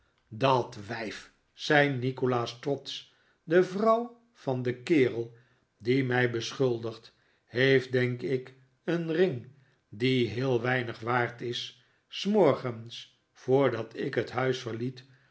dat wijf zei nikolaas trotsch de vrouw van den kerel die mij beschuldigt heeft denk ik een ring die heel weinig waard is s morgens voordat ik het huis verliet